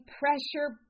pressure